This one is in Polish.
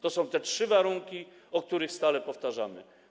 To są te trzy warunki, które stale powtarzamy.